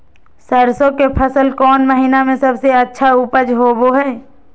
सरसों के फसल कौन महीना में सबसे अच्छा उपज होबो हय?